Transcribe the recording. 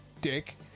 dick